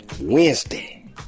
Wednesday